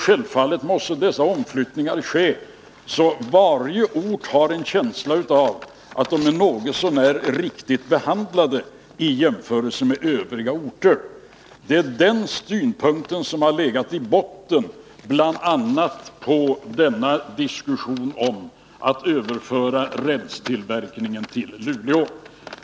Självfallet måste dessa göras på ett sådant sätt att man på varje ort har en känsla av att orten behandlats något så när riktigt i jämförelse med övriga orter. Det är den synpunkten som har legat i botten, bl.a. för diskussionen om att överföra rälstillverkningen till Luleå.